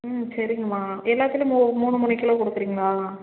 ம் சரிங்கம்மா எல்லாத்துலேயும் ஒரு மூணு மூணு கிலோ கொடுக்குறீங்களா